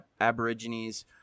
Aborigines